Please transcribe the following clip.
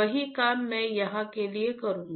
वही काम मैं यहां के लिए करूंगा